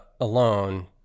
alone